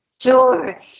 Sure